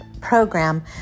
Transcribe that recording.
program